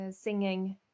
singing